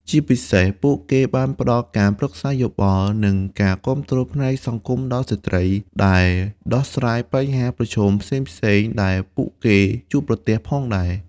ជាពិសេស ពួកគេបានផ្តល់ការប្រឹក្សាយោបល់ និងការគាំទ្រផ្នែកសង្គមដល់ស្ត្រី ដើម្បីដោះស្រាយបញ្ហាប្រឈមផ្សេងៗដែលពួកគេជួបប្រទះផងដែរ។